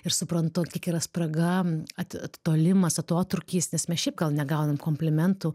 ir suprantu ant kiek yra spraga ati atitolimas atotrūkis nes mes šiaip gal negaunam komplimentų